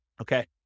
Okay